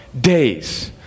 days